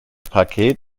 paket